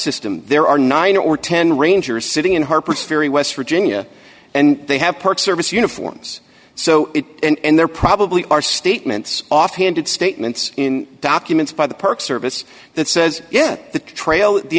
system there are nine or ten rangers sitting in harpers ferry west virginia and they have park service uniforms so it and there probably are statements off handed statements in documents by the park service that says yet the trail the